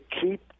keep